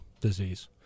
disease